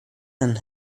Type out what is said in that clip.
and